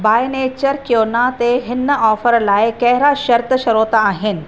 by nature क्विओना ते हिन ऑफर लाइ कहिड़ा शर्त शरोत आहिनि